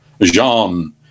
Jean